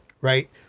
Right